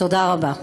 תודה רבה.